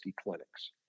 clinics